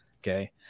okay